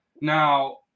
Now